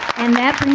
and that